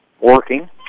Working